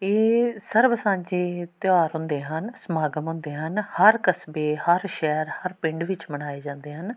ਇਹ ਸਰਬ ਸਾਂਝੇ ਤਿਉਹਾਰ ਹੁੰਦੇ ਹਨ ਸਮਾਗਮ ਹੁੰਦੇ ਹਨ ਹਰ ਕਸਬੇ ਹਰ ਸ਼ਹਿਰ ਹਰ ਪਿੰਡ ਵਿੱਚ ਮਨਾਏ ਜਾਂਦੇ ਹਨ